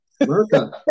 America